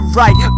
right